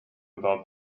without